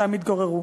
שם התגוררו.